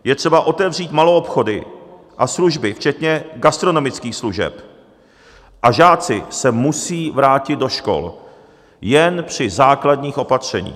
Je třeba otevřít maloobchody a služby včetně gastronomických služeb a žáci se musí vrátit do škol jen při základních opatřeních.